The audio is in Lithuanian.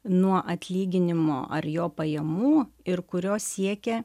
nuo atlyginimo ar jo pajamų ir kurios siekia